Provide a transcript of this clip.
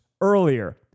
earlier